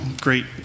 Great